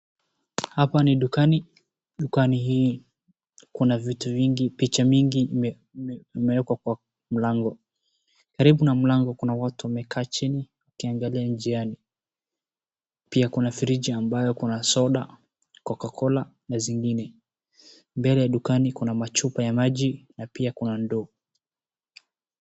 hapa ni dukani, dukani hii kuna vitu vingi, picha mingi, imewekwa kwa mlango, karibu na mlango kuna watu wamekaa chini wakiangalia nje yaani, pia kuna fridge ambayo kuna soda Coca-cola na zingine, mbele ya dukani kuna machupa ya maji na pia kuna ndoo.